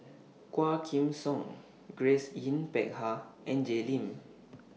Quah Kim Song Grace Yin Peck Ha and Jay Lim